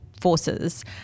forces